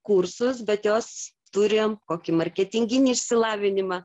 kursus bet jos turi kokį marketinginį išsilavinimą